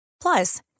Plus